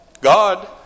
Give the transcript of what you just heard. God